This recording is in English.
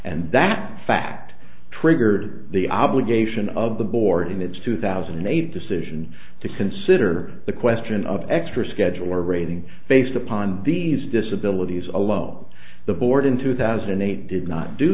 and that fact triggered the obligation of the board in its two thousand and eight decision to consider the question of extra schedule or rating based upon these disabilities alone the board in two thousand and eight did not do